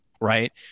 right